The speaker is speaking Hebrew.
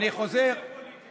אני חוזר ------ פוליטית.